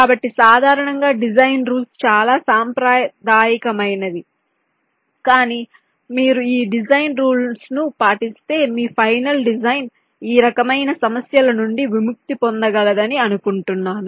కాబట్టి సాధారణంగా design rules చాలా సాంప్రదాయికమైనవి కానీ మీరు ఈ డిజైన్ రూల్స్ ను పాటిస్తే మీ ఫైనల్ డిజైన్ ఈ రకమైన సమస్యల నుండి విముక్తి పొందగలదని అనుకుంటున్నాను